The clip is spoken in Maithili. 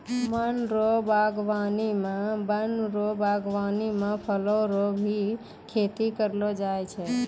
वन रो वागबानी मे फूल रो भी खेती करलो जाय छै